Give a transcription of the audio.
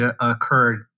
occurred